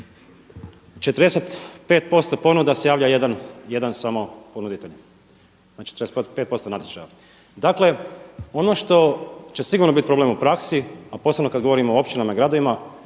45% ponuda se javlja jedan, jedan samo ponuditelj, znači 45% natječaja. Dakle ono što će sigurno biti problem u praksi a posebno kada govorimo o općinama i gradovima,